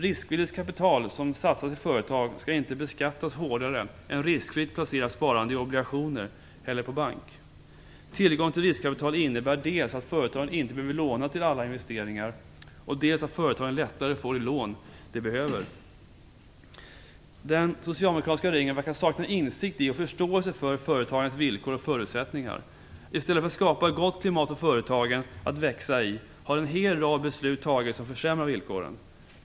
Riskvilligt kapital som satsas i företag skall inte beskattas hårdare än riskfritt placerat sparande i obligationer eller i bank. Tillgång till riskkapital innebär dels att företagen inte behöver låna till alla investeringar, dels att företagen lättare får de lån de behöver. Den socialdemokratiska regeringen verkar sakna insikt i och förståelse för företagandets villkor och förutsättningar. I stället för att skapa ett gott klimat att växa i för företagen har en hel rad beslut fattats som försämrar villkoren.